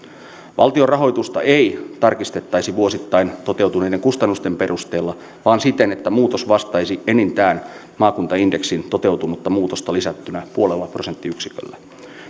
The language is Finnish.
valtion rahoitusta ei tarkistettaisi vuosittain toteutuneiden kustannusten perusteella vaan siten että muutos vastaisi enintään maakuntaindeksin toteutunutta muutosta lisättynä puolella prosenttiyksiköllä